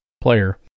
player